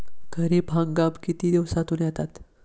खरीप हंगाम किती दिवसातून येतात?